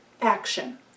action